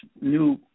new